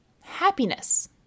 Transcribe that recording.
Happiness